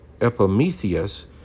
Epimetheus